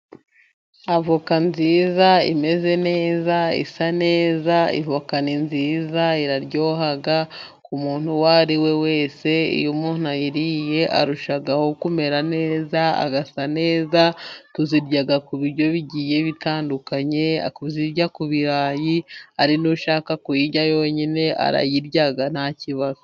Avoka nziza, imeze neza, isa neza, avoka ni nziza iraryoha, umuntu uwo ari we wese, iyo umuntu ayiriye arushaho kumera neza, agasa neza, tuzirya ku biryo bigiye bitandukanye, kuzirya ku birayi, ari n'ushaka kuyirya yonyine arayirya nta kibazo.